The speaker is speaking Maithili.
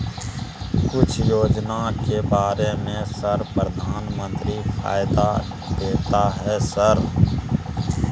कुछ योजना के बारे में सर प्रधानमंत्री फायदा देता है सर?